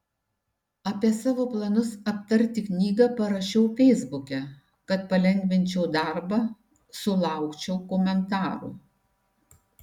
apie savo planus aptarti knygą parašiau feisbuke kad palengvinčiau darbą sulaukčiau komentarų